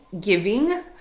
giving